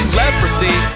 leprosy